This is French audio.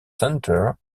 center